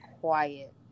quiet